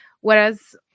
Whereas